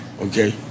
Okay